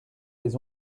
les